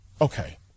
Okay